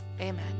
Amen